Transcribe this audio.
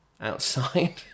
outside